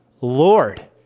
Lord